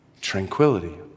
tranquility